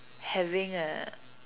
having a